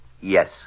Yes